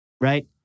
right